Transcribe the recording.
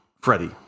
Freddie